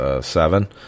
seven